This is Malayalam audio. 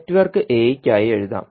നെറ്റ്വർക്ക് എയ്ക്ക് ആയി എഴുതാം